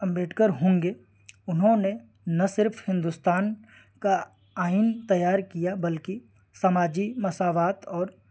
امبیڈکر ہوں گے انہوں نے نہ صرف ہندوستان کا آئین تیار کیا بلکہ سماجی مساوات اور